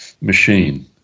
machine